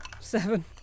Seven